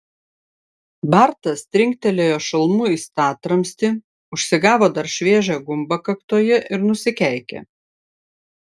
bartas trinktelėjo šalmu į statramstį užsigavo dar šviežią gumbą kaktoje ir nusikeikė